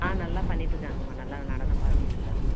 ஆ நல்லா பண்ணிகிட்டு இருக்காங்கமா நல்லா நடனம் பண்ணிகிட்டு இருக்காங்க